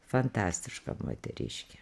fantastiška moteriškė